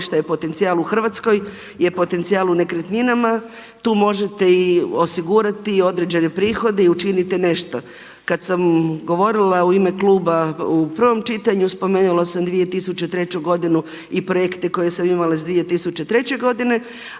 ono što je potencijal u Hrvatskoj je potencijal u nekretninama. Tu možete i osigurati i određene prihode i učinite nešto. Kada sam govorila u ime kluba u prvom čitanju spomenula sam 2003. godinu i projekte koje sam imala iz 2003. godine.